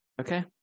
okay